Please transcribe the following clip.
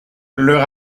leur